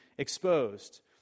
exposed